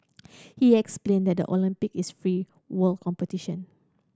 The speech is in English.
he explain that the Olympic is free world competition